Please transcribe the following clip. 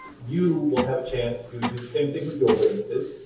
you will have a chance to do the same thing with your witnesses.